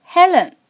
Helen